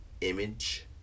image